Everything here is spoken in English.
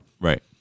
right